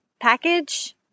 package